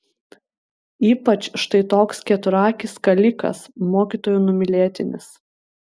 ypač štai toks keturakis kalikas mokytojų numylėtinis